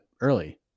early